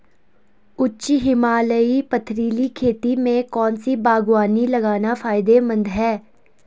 उच्च हिमालयी पथरीली खेती में कौन सी बागवानी लगाना फायदेमंद है?